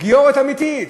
גיורת אמיתית,